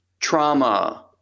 trauma